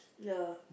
ya